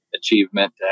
achievement